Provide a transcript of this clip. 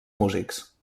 músics